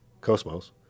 Cosmos